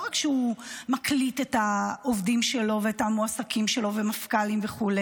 לא רק שהוא מקליט את העובדים שלו ואת המועסקים שלו ומפכ"לים וכו',